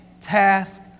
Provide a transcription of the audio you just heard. task